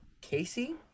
Casey